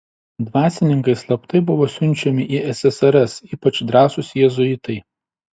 dvasininkai slaptai buvo siunčiami į ssrs ypač drąsūs jėzuitai